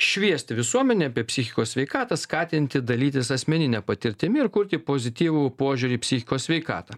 šviesti visuomenę apie psichikos sveikatą skatinti dalytis asmenine patirtimi ir kurti pozityvų požiūrį į psichikos sveikatą